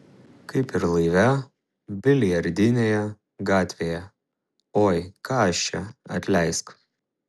kaip ir laive biliardinėje gatvėje oi ką aš čia atleisk